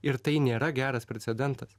ir tai nėra geras precedentas